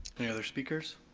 any other speakers?